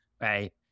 right